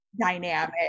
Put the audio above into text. dynamic